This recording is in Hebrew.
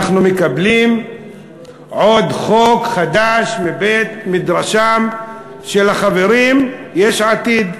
אנחנו מקבלים עוד חוק חדש מבית-מדרשם של החברים מיש עתיד.